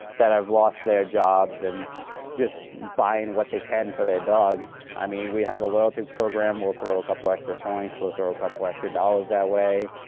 that have lost their jobs and just buyin' what they can for their dogs. i mean, we have a loyalty program. we'll throw a couple extra points. we'll throw a couple extra dollars that way.